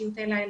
סיוטי לילה,